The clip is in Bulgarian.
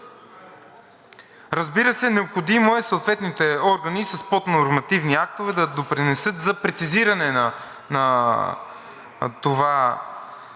Разбира се, необходимо е съответните органи с поднормативни актове да допринесат за прецизиране на това